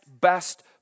best